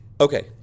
Okay